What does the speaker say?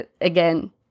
again